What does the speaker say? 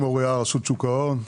אני מרשות שוק ההון.